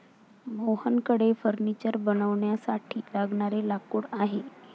मोहनकडे फर्निचर बनवण्यासाठी लागणारे लाकूड आहे